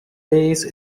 base